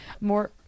more